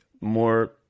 more